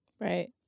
Right